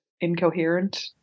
incoherent